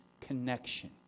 connection